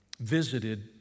visited